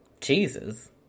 Jesus